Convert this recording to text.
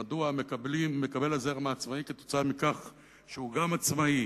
מדוע מקבל הזרם העצמאי כתוצאה מכך שהוא גם עצמאי